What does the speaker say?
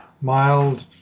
mild